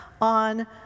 on